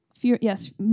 Yes